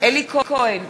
אלי כהן,